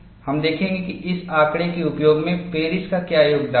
हम देखेंगे कि इस आंकड़े के उपयोग में पेरिस का क्या योगदान है